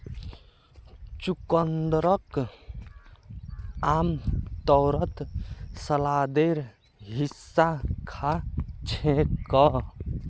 चुकंदरक आमतौरत सलादेर हिस्सा खा छेक